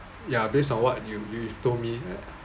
ya based on what you you you've told me